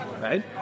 Right